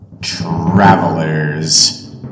travelers